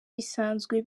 bisanzwe